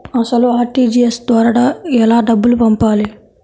అసలు అర్.టీ.జీ.ఎస్ ద్వారా ఎలా డబ్బులు పంపాలి?